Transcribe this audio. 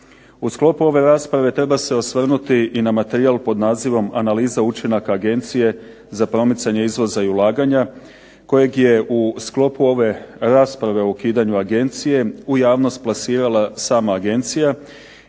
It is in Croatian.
U sklopu ove rasprave treba se osvrnuti i na materijal pod nazivom analiza učinaka Agencije za promicanje izvoza i ulaganja kojeg je u sklopu ove rasprave o ukidanju Agencije u javnost plasirala sama Agencija